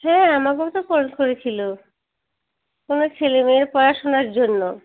হ্যাঁ আমাকেও তো ফোন করেছিলো ওনার ছেলেমেয়ের পড়াশুনার জন্য